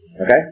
Okay